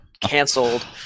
canceled